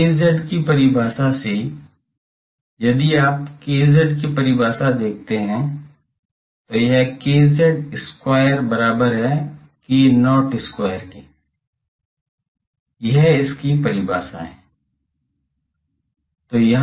अब kz की परिभाषा से यदि आप kz की परिभाषा देखते हैं तो यह kz square बराबर है k0 square के यह उसकी परिभाषा है